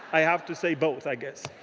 i have to say both, i guess.